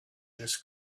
this